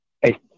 hey